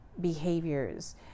behaviors